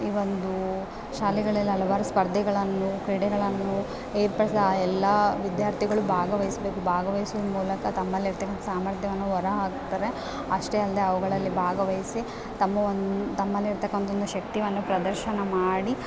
ಈ ಒಂದು ಶಾಲೆಗಳಲ್ಲಿ ಹಲವಾರು ಸ್ಪರ್ಧೆಗಳನ್ನು ಕ್ರೀಡೆಗಳನ್ನು ಏರ್ಪಡಿಸ ಆ ಎಲ್ಲಾ ವಿದ್ಯಾರ್ಥಿಗಳು ಭಾಗವಹಿಸಬೇಕು ಭಾಗವಹಿಸುವ ಮೂಲಕ ತಮ್ಮಲ್ಲಿ ಇರ್ತಕ್ಕಂಥ ಸಾಮರ್ಥ್ಯವನ್ನು ಹೊರ ಹಾಕ್ತಾರೆ ಅಷ್ಟೇ ಅಲ್ಲದೆ ಅವುಗಳಲ್ಲಿ ಭಾಗವಹಿಸಿ ತಮ್ಮ ತಮ್ಮಲ್ಲಿರ್ತಕ್ಕಂಥ ಒಂದು ಶಕ್ತಿಯನ್ನು ಪ್ರದರ್ಶನ ಮಾಡಿ